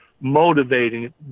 motivating